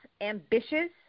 ambitious